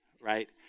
Right